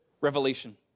Revelation